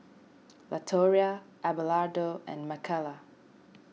Latoria Abelardo and Makaila